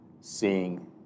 seeing